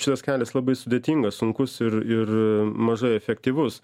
šitas kelias labai sudėtingas sunkus ir ir mažai efektyvus